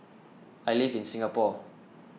I live in Singapore